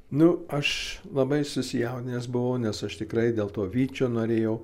nu aš labai susijaudinęs buvau nes aš tikrai dėl to vyčio norėjau